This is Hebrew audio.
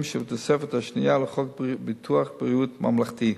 שבתוספת השנייה לחוק ביטוח בריאות ממלכתי.